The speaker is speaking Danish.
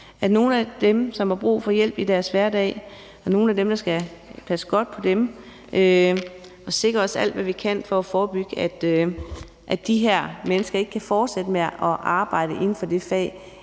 det og sikre dem, som har brug for hjælp i deres hverdag, i forhold til dem, der skal passe godt på dem; og sikre os alt, hvad vi kan, at de her mennesker ikke kan fortsætte med at arbejde inden for det fag